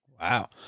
Wow